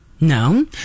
No